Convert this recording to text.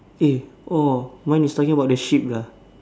eh oh mine is talking about the sheep lah